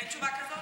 אין תשובה כזאת?